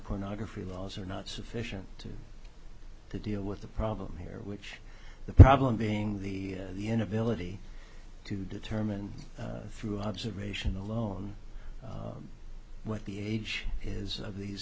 pornography laws are not sufficient to deal with the problem here which the problem being the the inability to determine through observation alone what the age is of these